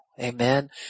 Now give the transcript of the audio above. Amen